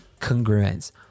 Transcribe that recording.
congruence